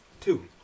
Two